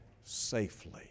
safely